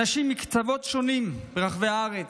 לאנשים מקצוות שונים ברחבי הארץ,